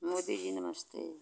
मोदी जी नमस्ते